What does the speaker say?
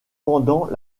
pendant